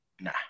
nah